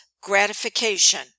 gratification